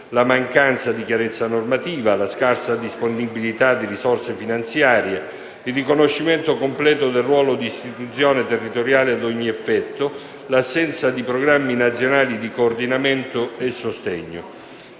la mancanza di chiarezza normativa, la scarsa disponibilità di risorse finanziarie, il riconoscimento completo del ruolo di istituzione territoriale a ogni effetto, l'assenza di programmi nazionali di coordinamento e sostegno.